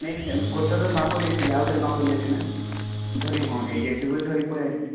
ନାଇଁ ସେ ଗୋଟେ ଥର ମାପ ଦେଇଥିଲି ଆଉ ଥରେ ମାପ ଦେଲି ନା ଧରି ହଁ ହେଇଯାଇଥିବ ବୋଲି ଧରିକି ପଳେଇ ଆସିଲି